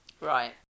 right